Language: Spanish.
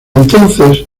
entonces